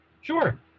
Sure